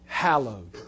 hallowed